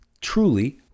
truly